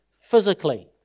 physically